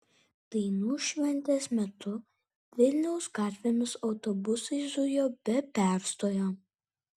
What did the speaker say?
dainų šventės metu vilniaus gatvėmis autobusai zujo be perstojo